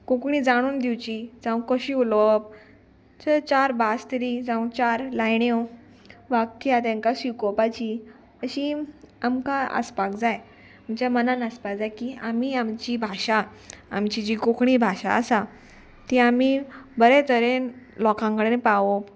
कोंकणी जाणून दिवची जावं कशी उलोवप चड चार भास तरी जावं चार लायण्यो वाक्या तांकां शिकोवपाची अशी आमकां आसपाक जाय आमच्या मनान आसपाक जाय की आमी आमची भाशा आमची जी कोंकणी भाशा आसा ती आमी बरे तरेन लोकां कडेन पावोवप